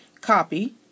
copy